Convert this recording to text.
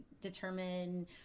determine